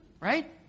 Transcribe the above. right